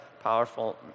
powerful